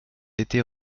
été